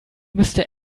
müsste